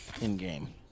in-game